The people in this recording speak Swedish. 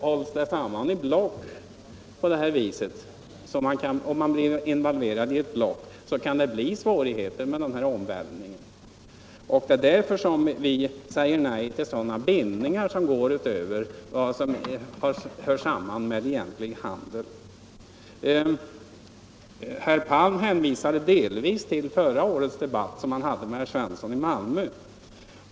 Hålls det samman i block på det här viset och man blir involverad i ett block kan det uppstå svårigheter med den här omvälvningen. Det är därför som vi säger nej till bindningar som går utöver Herr Palm hänvisade delvis till den debatt som han förra året hade Onsdagen den med herr Svensson i Malmö.